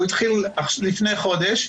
הוא התחיל לפני חודש,